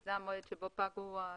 שזה המועד בו פגו התקנות.